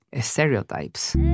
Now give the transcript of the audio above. stereotypes